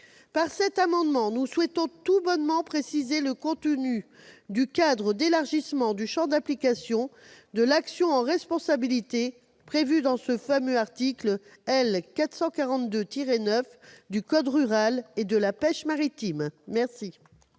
Par cet amendement, nous souhaitons tout bonnement préciser le contenu du cadre d'élargissement du champ d'application de l'action en responsabilité prévue dans ce fameux article L. 442-9 du code de commerce.